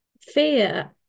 fear